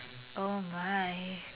oh my